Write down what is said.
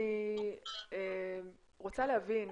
אני רוצה להבין,